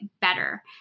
better